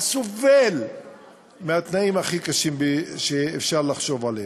הסובל מהתנאים הכי קשים שאפשר לחשוב עליהם.